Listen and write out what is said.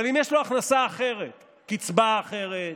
אבל אם יש לו הכנסה אחרת: קצבה אחרת,